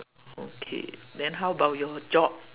okay then how about your job